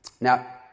Now